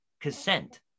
consent